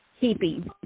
keeping